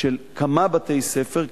של כמה בתי-ספר,